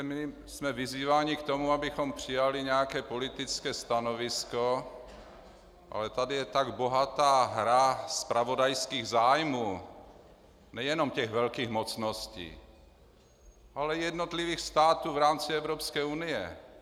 My jsme vyzýváni k tomu, abychom přijali nějaké politické stanovisko, ale tady je tak bohatá hra zpravodajských zájmů nejenom velkých mocností, ale i jednotlivých států v rámci Evropské unie.